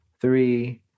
Three